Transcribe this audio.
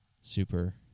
super